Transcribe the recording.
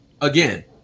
Again